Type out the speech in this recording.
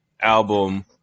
album